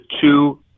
two